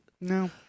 No